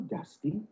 Dusty